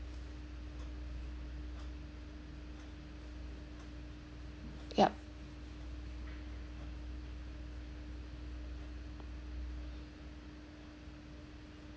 ya